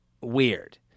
weird